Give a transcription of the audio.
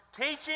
Teaching